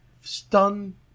stun